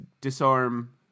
disarm